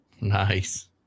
Nice